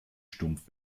stumpf